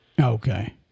Okay